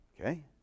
Okay